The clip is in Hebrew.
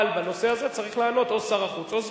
אבל בנושא הזה צריך לעלות שר החוץ או סגנו,